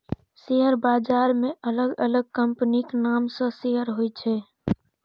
share बाजार मे अलग अलग कंपनीक नाम सं शेयर होइ छै